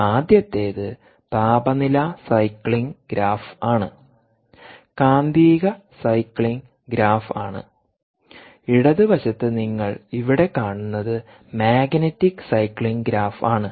ആദ്യത്തേത് താപനില cycling graph ആണ് കാന്തിക സൈക്ലിംഗ് ഗ്രാഫ്ആണ് ഇടത് വശത്ത് നിങ്ങൾ ഇവിടെ കാണുന്നത് മാഗ്നറ്റിക് സൈക്ലിംഗ് ഗ്രാഫ്ആണ്